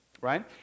right